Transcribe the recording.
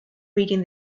reading